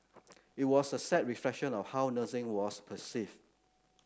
it was a sad reflection of how nursing was perceived